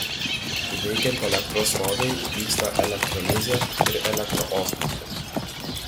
veikiant elektros srovei vyksta elektrolizė ir elektroosmosas